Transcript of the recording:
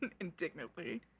indignantly